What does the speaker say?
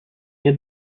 nie